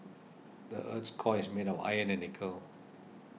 the earth's core is made of iron and nickel